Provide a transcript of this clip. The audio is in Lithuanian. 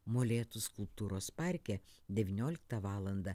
molėtų skulptūros parke devynioliktą valandą